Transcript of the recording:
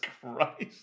Christ